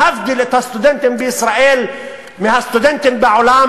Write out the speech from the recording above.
להבדיל את הסטודנטים בישראל מהסטודנטים בעולם